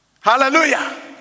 Hallelujah